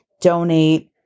donate